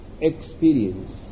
experience